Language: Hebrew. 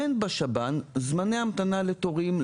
אין בשב"ן זמני המתנה לתורים,